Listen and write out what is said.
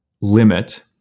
limit